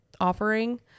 offering